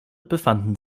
befanden